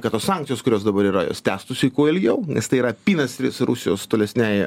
kad tos sankcijos kurios dabar yra jos tęstųsi kuo ilgiau nes tai yra apynasris rusijos tolesniai